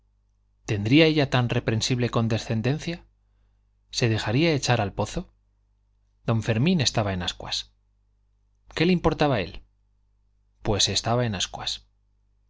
tendría ella tan reprensible condescendencia se dejaría echar al pozo don fermín estaba en ascuas qué le importaba a él pues estaba en ascuas